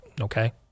okay